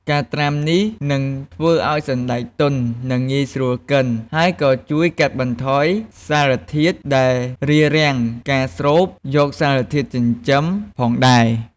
ការត្រាំនេះនឹងធ្វើឱ្យសណ្តែកទន់ និងងាយស្រួលកិន ហើយក៏ជួយកាត់បន្ថយសារធាតុដែលរារាំងការស្រូបយកសារធាតុចិញ្ចឹមផងដែរ។